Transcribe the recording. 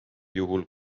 juhul